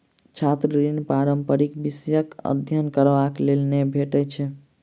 छात्र ऋण पारंपरिक विषयक अध्ययन करबाक लेल नै भेटैत छै